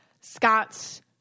Scott's